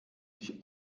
sich